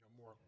More